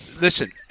listen